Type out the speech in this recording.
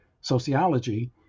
sociology